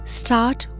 start